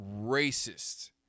racist